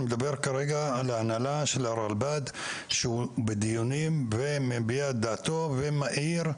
אני מדבר כרגע על ההנהלה של הרלב"ד שהוא בדיונים ומביע דעתו ומאיר.